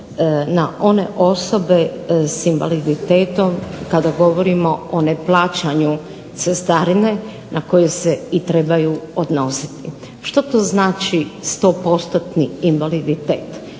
na one osobe s invaliditetom kada govorimo o neplaćanju cestarine na koju se i traju odnositi. Što to znači 100% invalidi